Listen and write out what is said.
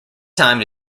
time